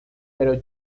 pero